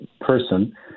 person